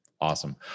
Awesome